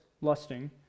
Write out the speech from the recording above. lusting